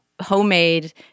homemade